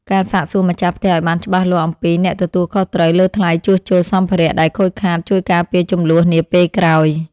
ការសាកសួរម្ចាស់ផ្ទះឱ្យច្បាស់លាស់អំពីអ្នកទទួលខុសត្រូវលើថ្លៃជួសជុលសម្ភារៈដែលខូចខាតជួយការពារជម្លោះនាពេលក្រោយ។